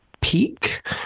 peak